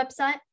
website